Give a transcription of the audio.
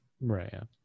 Right